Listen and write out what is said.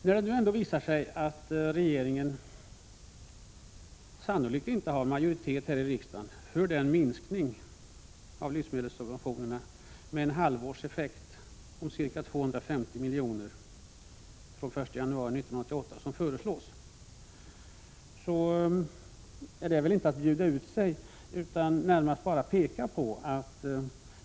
Nu visar det sig att regeringen sannolikt inte har majoritet här i riksdagen för att genomföra den föreslagna minskningen av livsmedelssubventionerna med en halvårseffekt av 250 milj.kr. från den 1 januari 1988.